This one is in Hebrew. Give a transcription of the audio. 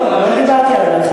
לא, לא דיברתי על מרחק.